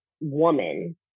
woman